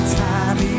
time